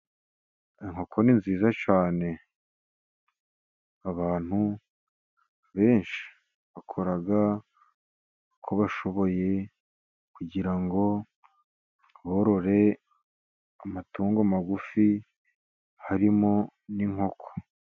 Inkoko ni nziza cyane, abantu benshi bakora uko bashoboye kugira ngo borore amatungo magufi harimo n'inkoko.